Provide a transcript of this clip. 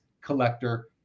collector